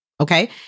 Okay